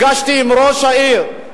שיתיישבו במצפים, שיתיישבו בנגב.